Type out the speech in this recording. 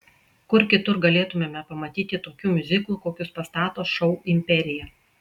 kur kitur galėtumėme pamatyti tokių miuziklų kokius pastato šou imperija